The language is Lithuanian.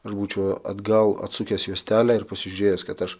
aš būčiau atgal atsukęs juostelę ir pasižiūrėjęs kad aš